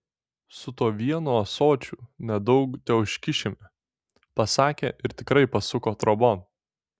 su tuo vienu ąsočiu nedaug teužkišime pasakė ir tikrai pasuko trobon